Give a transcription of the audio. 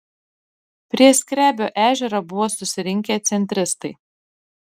prie skrebio ežero buvo susirinkę centristai